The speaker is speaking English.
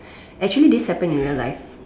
actually this happened in real life